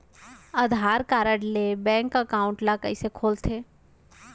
आधार card ले bank account ल कइसे खोलथे?